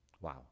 Wow